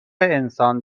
انسان